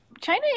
China